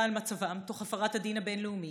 על מצבם תוך הפרת הדין הבין-לאומי,